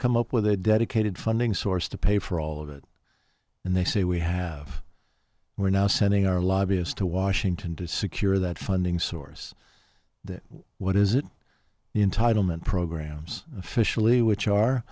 come up with a dedicated funding source to pay for all of it and they say we have we're now sending our lobbyists to washington to secure that funding source that what is it in title meant programs officially which